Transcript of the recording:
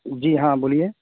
جی ہاں بولیے